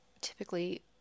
typically